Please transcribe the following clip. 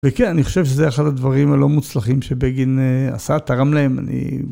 וכן, אני חושב שזה אחד הדברים הלא מוצלחים שבגין עשה תרם להם, אני...